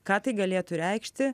ką tai galėtų reikšti